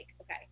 okay